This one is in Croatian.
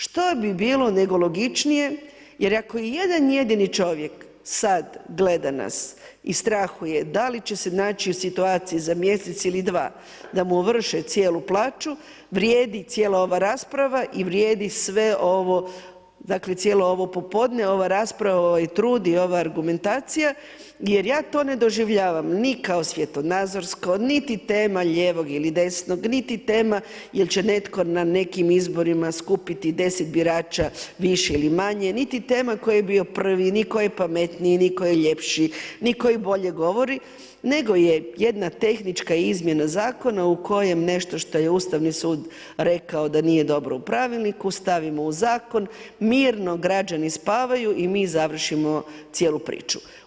Što bi bilo, nego logičnije, jer ako i jedan jedini čovjek sad gleda nas i strahuje da li će se naći u situaciji za mjesec ili dva da mu ovrše cijelu plaću, vrijedi cijela ova rasprava i vrijedi sve ovo, dakle cijelo ovo popodne, ova rasprava, ovaj trud i ova argumentacija jer ja to ne doživljavam ni kao svjetonazorsko, niti tema lijevog ili desnog, niti tema jel će netko na nekim izborima skupiti 10 birača više ili manje, niti tema tko je bio prvi, ni tko je pametniji, ni tko je ljepši, ni koji bolje govori, nego je jedna tehnička izmjena zakona u kojem nešto što je Ustavni sud rekao da nije dobro u pravilniku, stavimo u zakon, mirno građani spavaju i mi završimo cijelu priču.